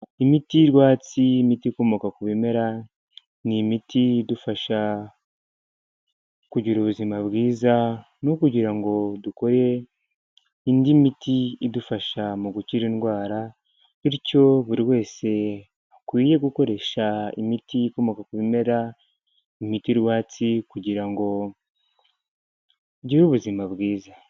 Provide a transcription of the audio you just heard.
Imiti rwatsi, ni imiti ikomoka ku bimera, ni imiti idufasha kugira ubuzima bwiza, no kugirango ngo dukore indi miti idufasha mu gukira indwara, bityo buri wese akwiye gukoresha imiti ikomoka ku bimera, imiti rwatsi kugira ngo ugire ubuzima bwiza.